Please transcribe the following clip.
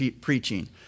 preaching